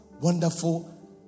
wonderful